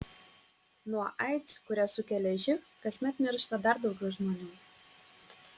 nuo aids kurią sukelia živ kasmet miršta dar daugiau žmonių